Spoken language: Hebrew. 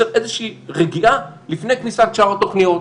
ולייצר איזושהי רגיעה לפני כניסת שאר התוכניות.